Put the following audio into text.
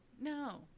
No